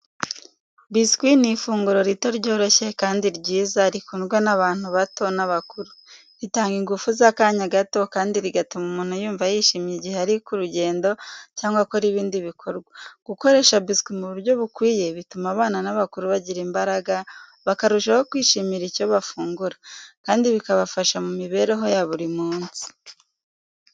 Biswi ni ifunguro rito ryoroshye kandi ryiza rikundwa n’abantu bato n’abakuru. Ritanga ingufu z’akanya gato kandi rigatuma umuntu yumva yishimye igihe ari ku rugendo cyangwa akora ibindi bikorwa. Gukoresha biswi mu buryo bukwiye bituma abana n’abakuru bagira imbaraga, bakarushaho kwishimira icyo bafungura, kandi bikabafasha mu mibereho ya buri munsi.